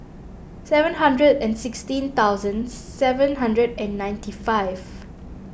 seven hundred and sixteen thousand seven hundred and ninety five